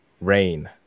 Rain